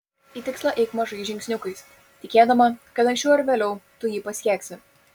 į tikslą eik mažais žingsniukais tikėdama kad anksčiau ar vėliau tu jį pasieksi